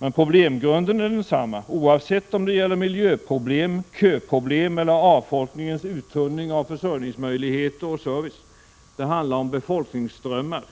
Men problemgrunden är densamma, oavsett om det gäller miljöproblem, köproblem eller avfolkningens uttunning av försörjningsmöjligheter och service — det handlar om befolkningsströmmar.